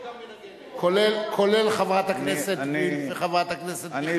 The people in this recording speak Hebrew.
כולל חברת הכנסת וילף וחברת הכנסת מיכאלי,